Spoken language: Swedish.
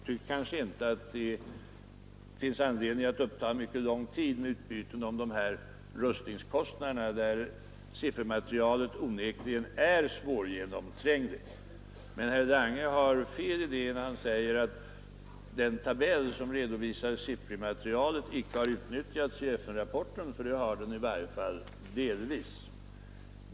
Herr talman! Jag tycker inte att det finns anledning uppta mycket lång tid för meningsutbyte om rustningskostnaderna, där siffermaterialet onekligen är svårgenomträngligt. Men herr Lange har fel när han säger att den tabell som redovisade siffermaterialet icke har utnyttjats i FN rapporten, för det har den i varje fall delvis.